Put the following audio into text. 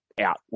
out